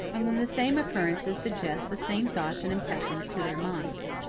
and when the same occurrences suggest the same thoughts and impressions to their minds.